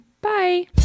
bye